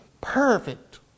perfect